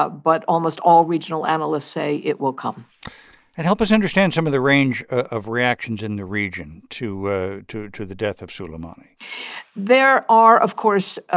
but but almost all regional analysts say it will come and help us understand some of the range of reactions in the region to ah to the death of soleimani there are, of course, ah